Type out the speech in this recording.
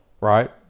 right